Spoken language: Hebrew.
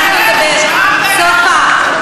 סופה,